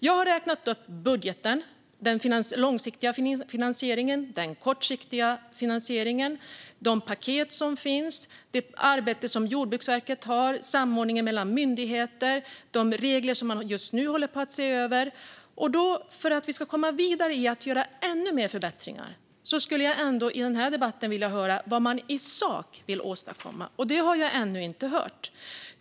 Jag har räknat upp budgeten, den långsiktiga och den kortsiktiga finansieringen, de paket som finns, Jordbruksverkets arbete, samordningen mellan myndigheter och de regler som man just nu håller på att se över. För att vi ska komma vidare i att göra ännu mer förbättringar skulle jag i den här debatten vilja höra vad man i sak vill åstadkomma. Det har jag ännu inte hört.